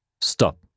Stop